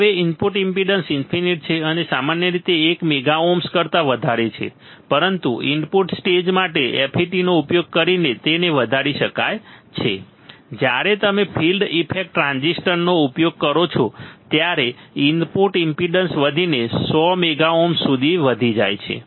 હવે input impedance infinite છે અને સામાન્ય રીતે એક મેગા ઓહ્મ કરતા વધારે છે પરંતુ ઇનપુટ સ્ટેજ માટે FET નો ઉપયોગ કરીને તેને વધારી શકાય છે જ્યારે તમે ફિલ્ડ ઇફેક્ટ ટ્રાન્ઝિસ્ટરનો ઉપયોગ કરો છો ત્યારે ઇનપુટ ઈમ્પેડન્સ વધીને 100 મેગા ઓહ્મ સુધી વધી જશે